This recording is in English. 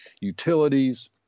utilities